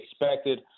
expected